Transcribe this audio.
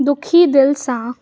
दुखी दिल सां